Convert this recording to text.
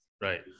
Right